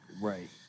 Right